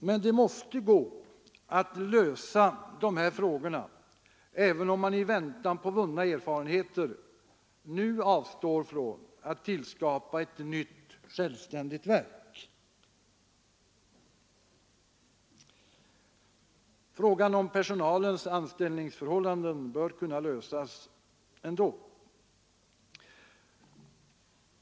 Men det måste gå att lösa dessa frågor även om man i väntan på vunna erfarenheter nu avstår från att tillskapa ett nytt, självständigt verk. Frågan om personalens anställningsförhållanden bör kunna lösas ändå.